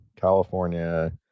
California